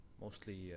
mostly